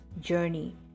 journey